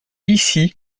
ici